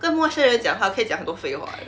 跟陌生人讲话可以讲很多废话的